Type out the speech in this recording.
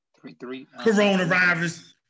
coronavirus